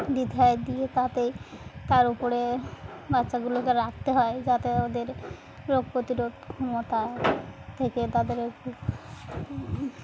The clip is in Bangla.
দিতে দিয়ে তাতে তার উপরে বাচ্চাগুলোকে রাখতে হয় যাতে তাদের রোগ প্রতিরোধ ক্ষমতা থেকে তাদের